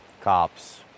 cops